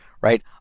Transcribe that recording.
Right